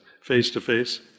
face-to-face